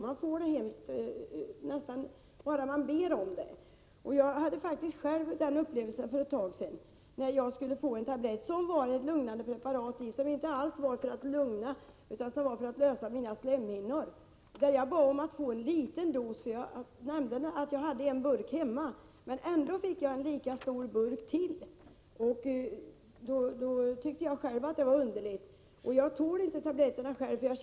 Man behöver bara be om att få medicin. Jag upplevde detta själv för ett tag sedan. Jag skulle få en tablett som också innehöll ett lugnande medel. Men jag skulle inte ha en tablett som var lugnande utan en tablett som var slemlösande. Jag bad om en liten dos, eftersom jag hade en burk hemma. Ändå fick jag en lika stor burk som den jag redan hade. Jag tyckte att det var underligt, i synnerhet som jag själv inte tål tabletterna i fråga.